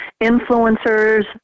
influencers